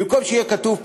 במקום שיהיה כתוב פה: